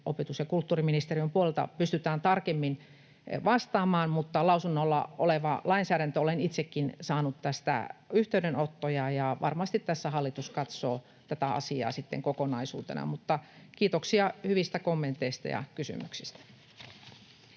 opetus- ja kulttuuriministeriön puolelta pystytään tarkemmin vastaamaan, mutta se on lausunnolla oleva lainsäädäntö. Olen itsekin saanut tästä yhteydenottoja. Varmasti tässä hallitus katsoo tätä asiaa sitten kokonaisuutena. Kiitoksia hyvistä kommenteista ja kysymyksistä.